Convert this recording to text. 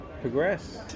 progress